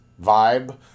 vibe